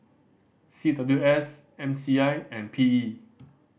C W S M C I and P E